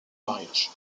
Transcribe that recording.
mariage